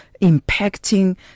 impacting